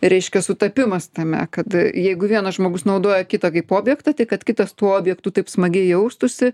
reiškia sutapimas tame kad jeigu vienas žmogus naudoja kitą kaip objektą tai kad kitas tuo objektu taip smagiai jaustųsi